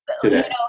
today